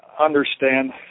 understand